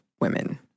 women